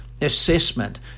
assessment